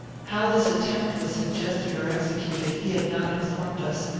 how this attempt was suggested or executed, he had not informed us,